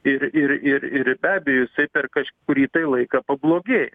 ir ir ir ir be abejo jisai per kažkurį tai laiką pablogėja